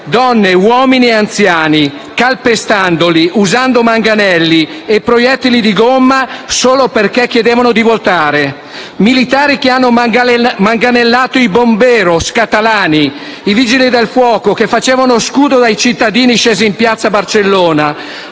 donne, uomini e anziani, calpestandoli, usando manganelli e proiettili di gomma solo perché chiedevano di votare; militari che hanno manganellato i *bomberos* catalani; i vigili del fuoco che facevano scudo ai cittadini scesi in piazza Barcellona;